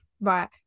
right